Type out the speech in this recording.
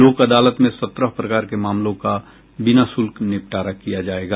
लोक अदालत में सत्रह प्रकार के मामलों का बिना शुल्क निपटारा किया जायेगा